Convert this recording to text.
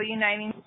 uniting